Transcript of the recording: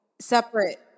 separate